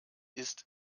ist